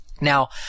now